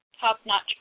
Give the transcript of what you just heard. top-notch